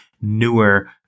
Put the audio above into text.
newer